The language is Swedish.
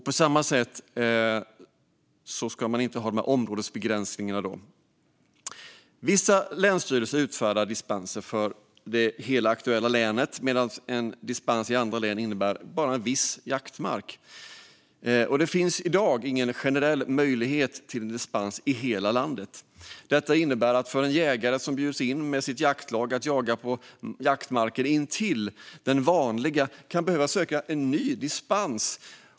På samma sätt ska man inte ha områdesbegränsningar. Vissa länsstyrelser utfärdar dispenser för hela det aktuella länet, medan en dispens i andra län bara innebär viss jaktmark. Det finns i dag ingen möjlighet till generell dispens i hela landet. Detta innebär att en jägare som bjuds in med sitt jaktlag att jaga på jaktmarken intill den vanliga kan behöva söka en ny dispens.